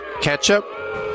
Ketchup